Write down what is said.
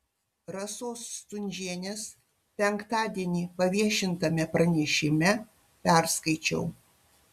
rasos stundžienės penktadienį paviešintame pranešime perskaičiau